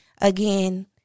again